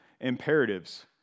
imperatives